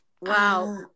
Wow